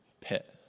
pit